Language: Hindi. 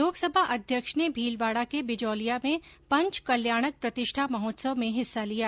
लोकसभा अध्यक्ष ने भीलवाड़ा के बिजौलिया में पंच कल्याणक प्रतिष्ठा महोत्सव में हिस्सा लिया